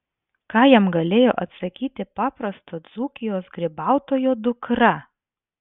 ką jam galėjo atsakyti paprasto dzūkijos grybautojo dukra